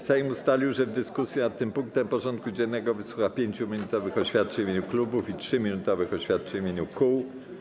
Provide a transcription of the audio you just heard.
Sejm ustalił, że w dyskusji nad tym punktem porządku dziennego wysłucha 5-minutowych oświadczeń w imieniu klubów i 3-minutowych oświadczeń w imieniu kół.